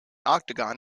octagon